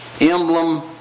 emblem